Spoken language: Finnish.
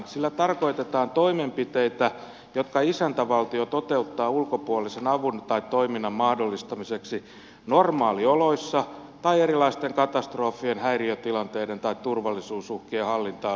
sillä tarkoitetaan toimenpiteitä jotka isäntävaltio toteuttaa ulkopuolisen avun tai toiminnan mahdollistamiseksi normaalioloissa tai erilaisten katastrofien häiriötilanteiden tai turvallisuusuhkien hallintaan liittyvissä tilanteissa